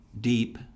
deep